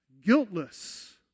guiltless